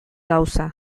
gauza